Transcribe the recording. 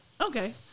Okay